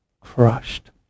crushed